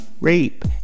rape